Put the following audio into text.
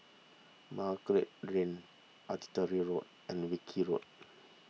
Margate Road Artillery Road and Wilkie Road